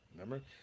Remember